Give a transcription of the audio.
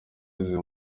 yuzuye